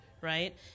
right